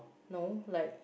no like